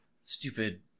stupid